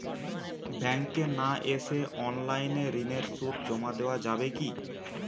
ব্যাংকে না এসে অনলাইনে ঋণের সুদ জমা দেওয়া যাবে কি?